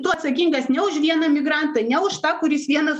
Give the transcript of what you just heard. tu atsakingas ne už vieną migrantą ne už tą kuris vienas